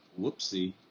whoopsie